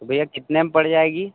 भैया कितने में पड़ जाएगी